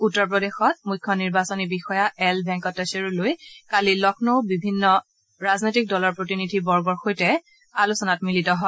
উত্তৰ প্ৰদেশত মুখ্য নিৰ্বাচনী বিষয়া এল ভেংকটেশ্বৰুলুই কালি লক্ষ্ণৌত বিভিন্ন ৰাজনৈতিক দলৰ প্ৰতিনিধি বৰ্গৰ সৈতে আলোচনাত মিলিত হয়